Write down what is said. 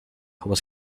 was